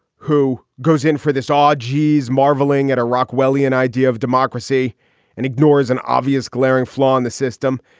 who goes in for this? auggie's marveling at a rockwellian idea of democracy and ignores an obvious glaring flaw in the system.